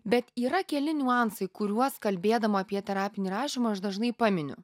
bet yra keli niuansai kuriuos kalbėdama apie terapinį rašymą aš dažnai paminiu